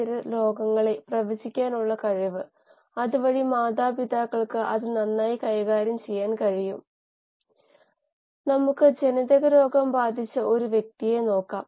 ബയോറിയാക്ടറിൽ ഉൽപന്നം ഉൽപാദിപ്പിക്കുന്ന യഥാർത്ഥ വ്യവസായ ശാലകളാണ് കോശങ്ങളെന്ന് നമുക്ക് അറിയാം